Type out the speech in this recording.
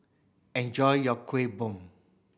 enjoy your Kueh Bom